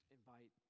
invite